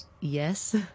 Yes